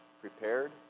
prepared